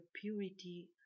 purity